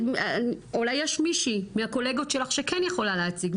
אולי יש מישהי מהקולגות שלך שכן יכולה להציג,